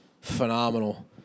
phenomenal